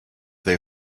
they